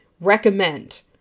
recommend